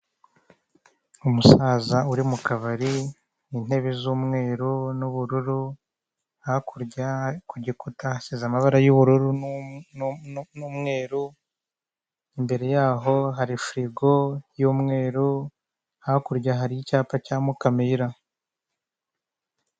Umusaza uri mu kabari intebe z'umweru n'ubururu hakurya ku gikuta hasize amabara y'ubururu n'umweru imbere yaho hari firigo y'umweru hakurya hari icyapa cya mukamira.